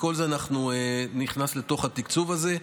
וכל זה נכנס לתוך התקצוב הזה.